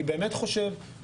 אני באמת חושב,